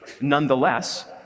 Nonetheless